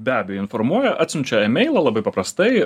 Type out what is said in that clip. be abejo informuoja atsiunčia emailą labai paprastai